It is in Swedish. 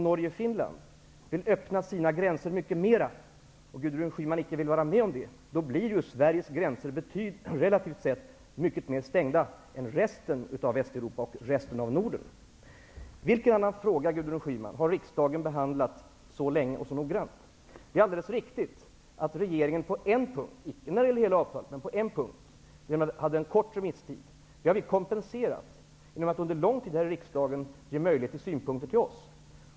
Norge och Finland, vill öppna sina gränser mycket mera och Gudrun Schyman inte vill vara med om det, blir ju Sveriges gränser relativt sett mycket mer stängda än gränserna i resten av Västeuropa och resten av Vilken annan fråga, Gudrun Schyman, har riksdagen behandlat så länge och så noggrant? Det är alldeles riktigt att regeringen på en punkt -- inte när det gäller avtalet men på en punkt -- bestämde sig för en kort remisstid. Det har vi i EES-utskottet kompenserat genom att under lång tid här i riksdagen ge möjlighet att komma med synpunkter till oss.